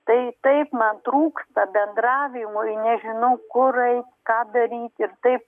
tai taip man trūksta bendravimo i nežinau kur eit ką daryt ir taip